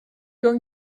going